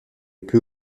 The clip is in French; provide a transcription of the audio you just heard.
plus